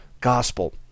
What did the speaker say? gospel